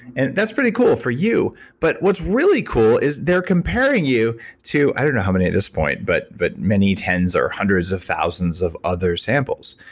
and that's pretty cool for you but what's really cool is they're comparing you to i don't know how many at this point, but but many tens or hundreds of thousands of other samples.